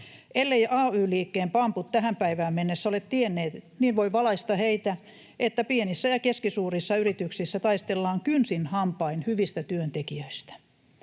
Elleivät ay-liikkeen pamput tähän päivään mennessä ole tienneet, voin valaista heitä, että pienissä ja keskisuurissa yrityksissä taistellaan kynsin hampain hyvistä työntekijöistä.